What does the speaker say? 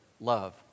love